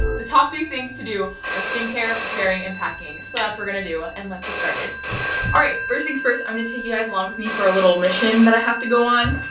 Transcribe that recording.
the top three things to do are skincare, preparing and packing so that's we're gonna do ah and let's get started all right, first things first, i'm gonna take you guys along with me for a little mission that i have to go on